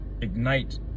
ignite